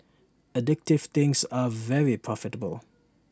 addictive things are very profitable